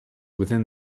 within